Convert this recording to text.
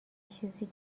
چیزی